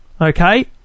Okay